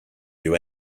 you